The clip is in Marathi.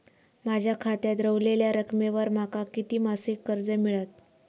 माझ्या खात्यात रव्हलेल्या रकमेवर माका किती मासिक कर्ज मिळात?